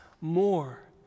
more